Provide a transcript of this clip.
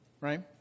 Right